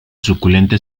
suculenta